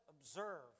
observe